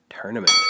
tournament